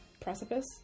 precipice